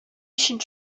өчен